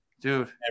dude